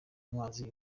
amazi